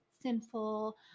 sinful